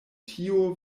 tio